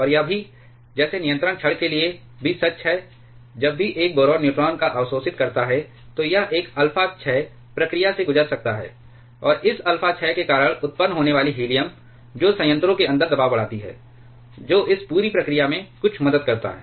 और यह भी जैसे नियंत्रण छड़ के लिए भी सच है जब भी एक बोरान न्यूट्रॉन को अवशोषित करता है तो यह एक अल्फा क्षय प्रक्रिया से गुजर सकता है और उस अल्फा क्षय के कारण उत्पन्न होने वाली हीलियम जो संयंत्रों के अंदर दबाव बढ़ाती है जो इस पूरी प्रक्रिया में कुछ मदद करता है